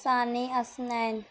ثانی حسنین